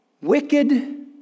Wicked